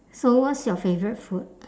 so what's your favourite food